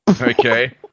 Okay